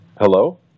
Hello